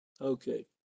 Okay